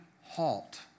halt